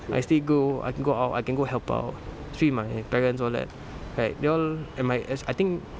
I still go I can go out I can go help out treat my parents all that like they all am I as I think